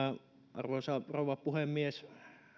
arvoisa rouva puhemies